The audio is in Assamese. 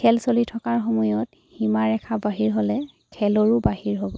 খেল চলি থকাৰ সময়ত সীমাৰেখাৰ বাহিৰ হ'লে খেলৰো বাহিৰ হ'ব